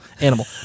animal